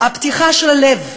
הפתיחה של הלב,